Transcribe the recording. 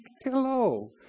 hello